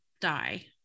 die